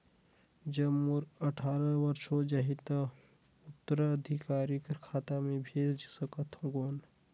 जब मोर अट्ठारह वर्ष हो जाहि ता मैं उत्तराधिकारी कर खाता मे भेज सकहुं कौन?